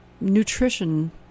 nutrition –